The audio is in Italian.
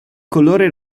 colore